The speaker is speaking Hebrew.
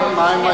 נחמן,